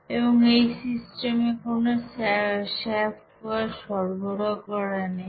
এবং এই সিস্টেমে কোন স্যাফট ওয়ার্ক সরবরাহ করা নেই